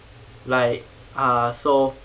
like ah so